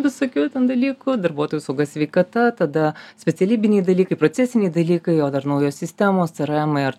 visokių ten dalykų darbuotojų sauga sveikata tada specialybiniai dalykai procesiniai dalykai o dar naujos sistemos c r emai ar